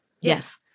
Yes